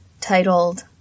titled